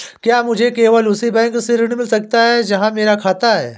क्या मुझे केवल उसी बैंक से ऋण मिल सकता है जहां मेरा खाता है?